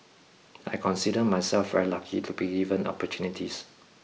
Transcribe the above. I consider myself very lucky to be given opportunities